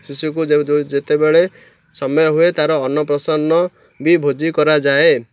ଶିଶୁକୁ ଯେତେବେଳେ ସମୟ ହୁଏ ତା'ର ଅନ୍ନପ୍ରସନ୍ନ ବି ଭୋଜି କରାଯାଏ